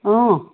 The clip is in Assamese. অঁ